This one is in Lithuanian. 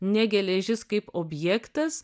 ne geležis kaip objektas